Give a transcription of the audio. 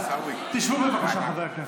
תשבו, בבקשה, חברי הכנסת.